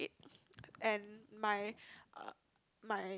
and my uh my